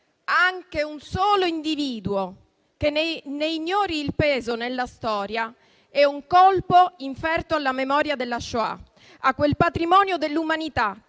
Anche un solo individuo che ne ignori il peso nella storia è un colpo inferto alla memoria della Shoah, a quel patrimonio dell'umanità